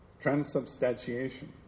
transubstantiation